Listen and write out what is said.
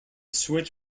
switch